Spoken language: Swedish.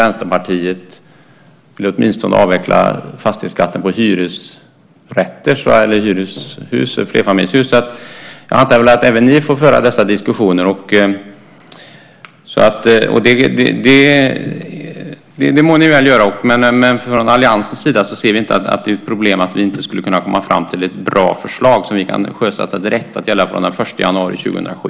Vänsterpartiet vill avveckla fastighetsskatten åtminstone för hyresrätter - hyreshus, flerfamiljshus. Jag antar därför att även ni får föra dessa diskussioner, och det må ni väl göra. Från alliansens sida ser vi inte något problem här - alltså att vi inte skulle kunna komma fram till ett bra förslag som vi kan sjösätta direkt, att gälla från den 1 januari 2007.